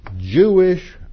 Jewish